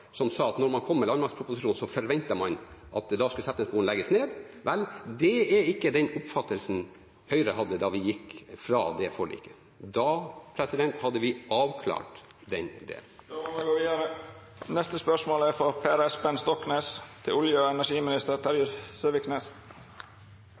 som innebar at man når landmaktproposisjonen kom, kunne forvente at Setnesmoen skulle legges ned – vel, det er ikke den oppfatningen Høyre hadde da vi gikk fra det forliket. Da hadde vi avklart den delen. «Oljeselskapene vurderer selv lønnsomhet og